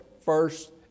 first